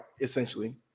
essentially